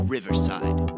Riverside